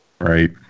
Right